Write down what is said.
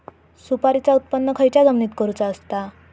सुपारीचा उत्त्पन खयच्या जमिनीत करूचा असता?